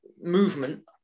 movement